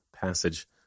passage